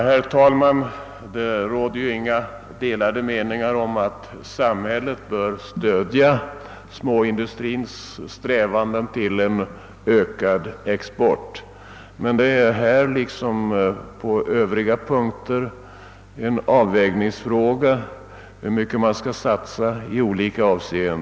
Herr talman! Det råder inga delade meningar om att samhället bör stödja småindustrins strävan att öka sin export. Men här liksom på övriga punkter är det en avvägningsfråga hur mycket vi skall satsa.